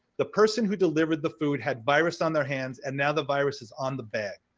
the person who delivered the food had virus on their hands and now the virus is on the bag.